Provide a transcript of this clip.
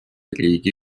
riigi